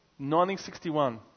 1961